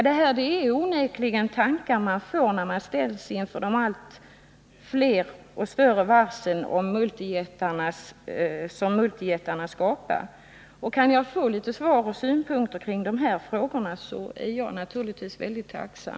Detta är onekligen tankar som man får när man ställs inför de allt fler och större varsel som multijättarna skapar. Kan jag få svar och synpunkter på de här frågorna är jag naturligtvis mycket tacksam.